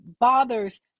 bothers